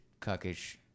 cuckish